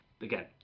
again